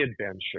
adventure